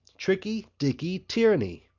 tricky dicky tierney.